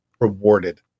rewarded